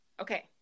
okay